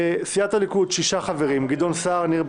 יש סיכום שלפחות לאופוזיציה לכל חבר יהיה ממלא מקום.